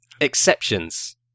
Exceptions